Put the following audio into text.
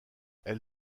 elle